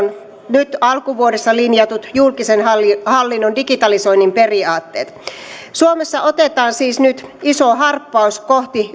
nyt alkuvuodesta linjatut julkisen hallinnon digitalisoinnin periaatteet suomessa otetaan siis nyt iso harppaus